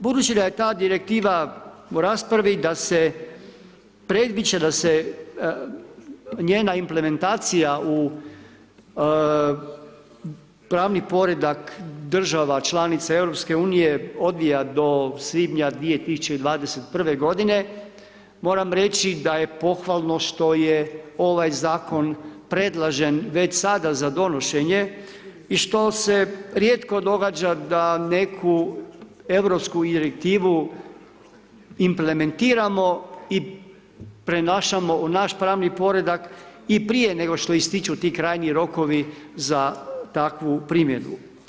Budući da je ta direktiva u raspravi da se predviđa da se njena implementacija u pravni poredak država članica EU odvija do svibnja 2021. godine moram reći da je pohvalno što je ovaj zakon predložen već sada za donošenje i što se rijetko događa da neku europsku direktivu implementiramo i prenašamo u naš pravni poredak i prije nego što ističu ti krajnji rokovi za takvu primjenu.